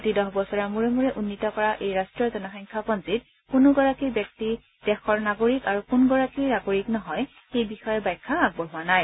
প্ৰতি দহ বছৰৰ মূৰে মূৰে উন্নীত কৰা এই ৰট্টীয় জনসংখ্যা পঞ্জীত কোন গৰাকী ব্যক্তি দেশৰ নাগৰিক আৰু কোন গৰাকী নাগৰিক নহয় সেই বিষয়ে ব্যাখ্যা আগবঢ়োৱা নাই